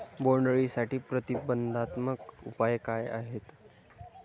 बोंडअळीसाठी प्रतिबंधात्मक उपाय काय आहेत?